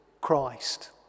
Christ